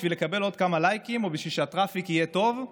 בשביל לקבל עוד כמה לייקים או בשביל שהטראפיק יהיה טוב,